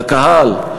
לקהל,